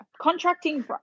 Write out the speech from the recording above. Contracting